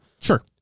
Sure